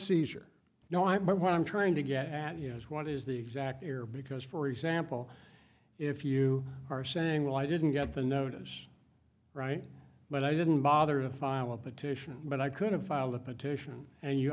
seizure no i but what i'm trying to get at you know is what is the exact year because for example if you are saying well i didn't get the notice right but i didn't bother to file a petition but i could have filed a petition and you